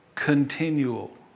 continual